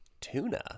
Tuna